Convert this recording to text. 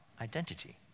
identity